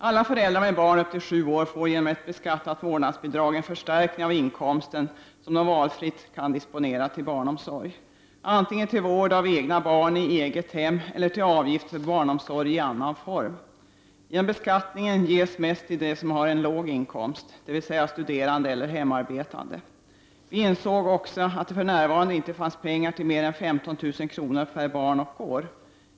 Alla föräldrar med barn upp till 7 år får genom ett beskattat vårdnadsbidrag en förstärkning av inkomsten som de valfritt kan disponera till barnomsorg, antingen till vård av egna barn i eget hem eller till avgift för barnomsorg i annan form. Genom beskattningen ger man mest till dem som har låg inkomst, dvs. studerande eller hemarbetande. Vi har också insett att det för närvarande inte finns pengar till mer än 15 000 kr. per barn och år.